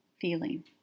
feeling